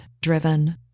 driven